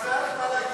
אז היה לך מה להגיד.